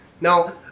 Now